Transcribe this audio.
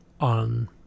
on